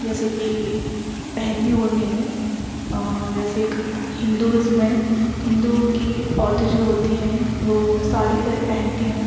جیسے کہ پہننے اوڑھنے میں جیسے ہندوازم میں ہندو کی عورتیں جو ہوتی ہیں وہ ساڑی پہنتی ہیں